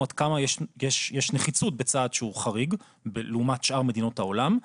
עד כמה יש נחיצות בצעד שהוא חריג לעומת שאר מדינות העולם,